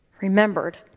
Remembered